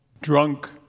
drunk